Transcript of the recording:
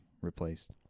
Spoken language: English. replaced